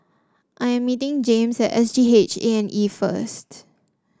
I am meeting James at S G H A and E first